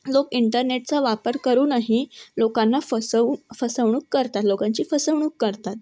लोक इंटरनेटचा वापर करून ही लोकांना फसवू फसवणूक करता लोकांची फसवणूक करतात